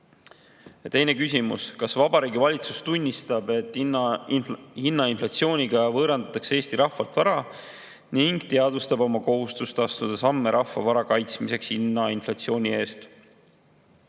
Teine küsimus: "Kas Vabariigi Valitsus tunnistab, et hinnainflatsiooniga võõrandatakse eesti rahvalt vara, ning teadvustab oma kohustust astuda samme rahva vara kaitsmiseks hinnainflatsiooni eest?"